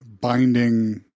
binding